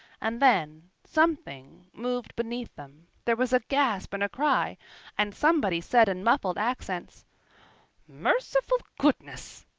and then something moved beneath them, there was a gasp and a cry and somebody said in muffled accents merciful goodness!